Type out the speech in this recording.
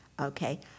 Okay